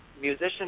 Musician